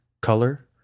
color